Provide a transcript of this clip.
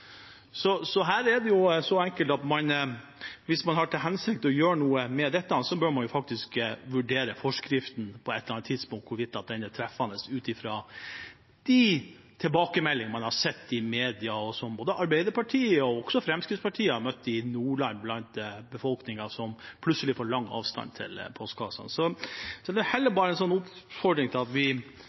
så enkelt at hvis man har til hensikt å gjøre noe med det, bør man på et eller annet tidspunkt vurdere hvorvidt forskriften er treffende ut fra de tilbakemeldingene man har sett i media, og som både Arbeiderpartiet og Fremskrittspartiet har fått fra befolkningen i Nordland, som plutselig har fått lang avstand til postkassen. Så dette er bare en oppfordring om at vi